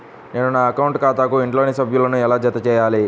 నేను నా అకౌంట్ ఖాతాకు ఇంట్లోని సభ్యులను ఎలా జతచేయాలి?